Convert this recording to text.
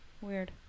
Weird